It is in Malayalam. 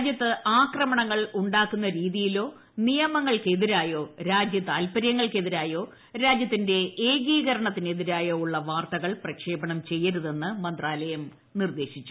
രാജ്യത്ത് ആക്രമണങ്ങൾ ഉണ്ടാക്കുന്ന രീതിയിലോ നിയമങ്ങൾക്കെതിരായോ രാജ്യ താത്പര്യങ്ങൾക്കെതിരായോ രാജ്യത്തിന്റെ ഏകീകരണത്തിനെതിരായോ ഉള്ള വാർത്തകൾ പ്രക്ഷേപണം ചെയ്യരുതെന്ന് മന്ത്രാലയം നിർദ്ദേശിച്ചു